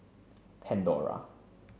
Pandora